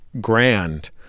grand